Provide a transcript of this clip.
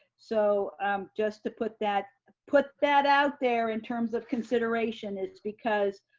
so just to put that ah put that out there in terms of consideration, it's because